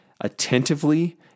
attentively